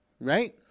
Right